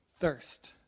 thirst